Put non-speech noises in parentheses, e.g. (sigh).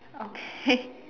okay (laughs)